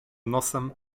nosem